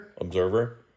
observer